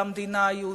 על המדינה היהודית,